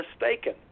mistaken